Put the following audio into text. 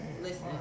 Listen